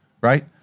Right